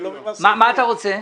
מה אתה רוצה?